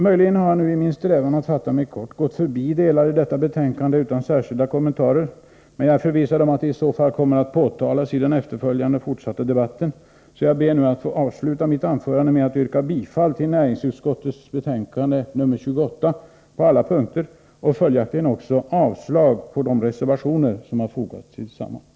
Möjligen har jag nu i min strävan att fatta mig kort gått förbi delar i detta betänkande utan särskilda kommentarer, men jag är förvissad om att detta i så fall kommer att påtalas i den fortsatta debatten. Jag ber nu att få sluta med att yrka bifall till hemställan i näringsutskottets betänkande nr 28 på alla punkter och följaktligen också avslag på de reservationer som fogats till betänkandet.